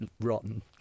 Rotten